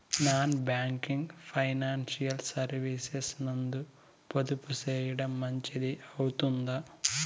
Non banking financial services నందు పొదుపు సేయడం మంచిది అవుతుందా?